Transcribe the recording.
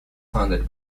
founded